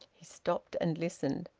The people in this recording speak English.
he stopped, and listened.